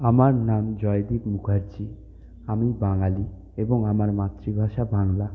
আমার নাম জয়দীপ মুখার্জি আমি বাঙালি এবং আমার মাতৃভাষা বাংলা